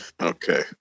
Okay